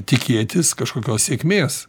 tikėtis kažkokios sėkmės